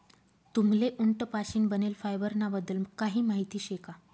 तुम्हले उंट पाशीन बनेल फायबर ना बद्दल काही माहिती शे का?